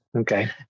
okay